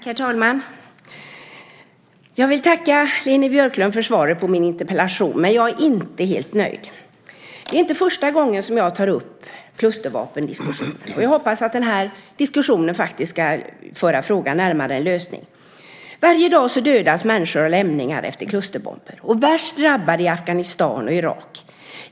Herr talman! Jag vill tacka Leni Björklund för svaret på min interpellation, men jag är inte helt nöjd. Det är inte första gången som jag tar upp klustervapen, och jag hoppas att den här diskussionen ska föra frågan närmare en lösning. Varje dag dödas människor av lämningar efter klusterbomber, och värst drabbade är Afghanistan och Irak.